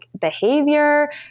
behavior